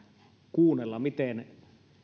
kuunnella miten